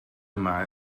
yma